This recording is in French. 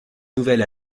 nouvel